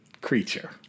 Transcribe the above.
creature